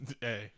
Hey